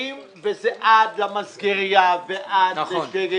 מצילים וזה עד למסגרייה, ועד ל --- נכון.